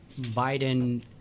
Biden